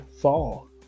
fall